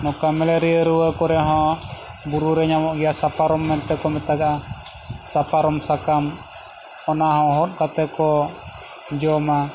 ᱱᱚᱝᱠᱟ ᱢᱮᱞᱮᱨᱤᱭᱟᱹ ᱨᱩᱣᱟᱹ ᱠᱚᱨᱮ ᱦᱚᱸ ᱵᱩᱨᱩ ᱨᱮ ᱧᱟᱢᱚᱜ ᱜᱮᱭᱟ ᱥᱟᱯᱟᱨᱚᱢ ᱢᱮᱱᱛᱮ ᱠᱚ ᱢᱮᱛᱟᱜᱼᱟ ᱥᱟᱯᱟᱨᱚᱢ ᱥᱟᱠᱟᱢ ᱚᱱᱟ ᱦᱚᱸ ᱦᱚᱛ ᱠᱟᱛᱮ ᱠᱚ ᱡᱚᱢᱟ